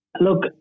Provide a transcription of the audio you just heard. look